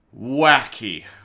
wacky